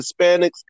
Hispanics